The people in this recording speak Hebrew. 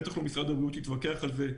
ובטח לא משרד הבריאות יתווכח על זה,